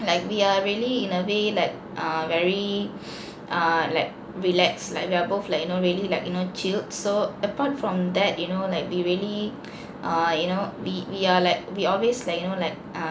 like we are really in a way like err very err like relaxed like we are both like you know really like you know chilled so apart from that you know like we really err you know we we are like we always like you know like uh